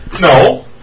No